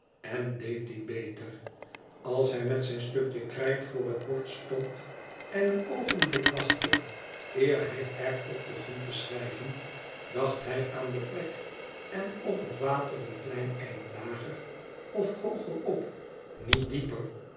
en deed die beter als hij met zijn stukje krijt voor het bord stond en een oogenblik wachtte eer hij er op begon te schrijven dacht hij aan de plek en of het water een klein eind lager of hoogerop niet dieper